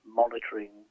monitoring